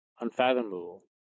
unfathomable